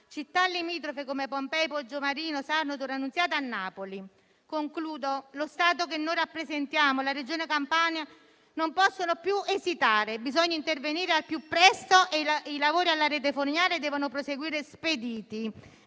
città limitrofe, come Pompei, Poggiomarino, Sarno e Torre Annunziata, a Napoli. Concludo: lo Stato che rappresentiamo e la Regione Campania non possono più esitare. Bisogna intervenire al più presto e i lavori della rete fognaria devono proseguire spediti.